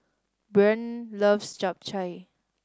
Breanne loves Japchae